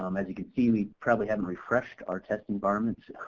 um as you can see we probably haven't refreshed our test environment